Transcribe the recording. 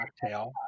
cocktail